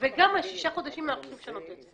שישה חודשים צריך לשנות.